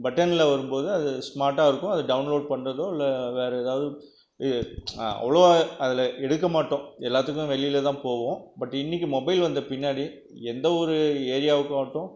பட்டனில் வரும்போது அது ஸ்மார்ட்டாக இருக்கும் அதை டவுன்லோட் பண்ணுறதோ இல்லை வேற எதாவது அவ்வளவா அதில் எடுக்க மாட்டோம் எல்லாத்துக்கும் வெளியில் தான் போவோம் பட் இன்றைக்கி மொபைல் வந்த பின்னாடி எந்த ஒரு ஏரியாவுக்கு ஆகட்டும்